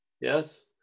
Yes